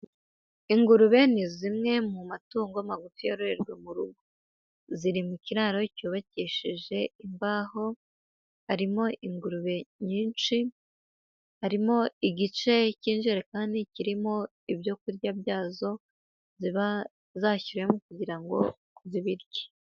Ingurube ni zimwe mu matungo magufi yororerwa mu rugo. Ziri mu kiraro cyubakishije imbaho, harimo ingurube nyinshi, harimo igice cy'injerekani kirimo ibyo kurya byazo, ziba zashyiriwemo kugira ngo zibirye.